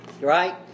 right